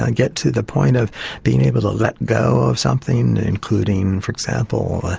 and get to the point of being able to let go of something, including for example